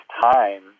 time